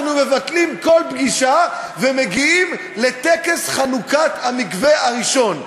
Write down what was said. אנחנו מבטלים כל פגישה ומגיעים לטקס חנוכת המקווה הראשון.